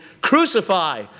crucify